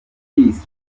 peace